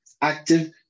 Active